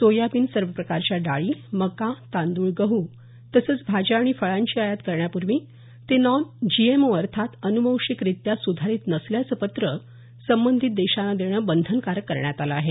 soybean सर्व प्रकारच्या डाळी मका तांदूळ गहू तसंच भाज्या आणि फळांची आयात करण्यापूर्वी ते नॉन जीएमओ अर्थात अनुवांशिकरित्या सुधारित नसल्याचं पत्र संबंधित देशानं देणं बंधनकारक करण्यात आलं आहे